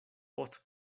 post